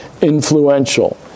influential